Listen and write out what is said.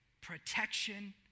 protection